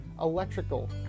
electrical